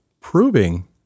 proving